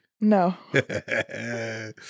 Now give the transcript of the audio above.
No